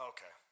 Okay